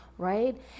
right